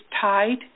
tied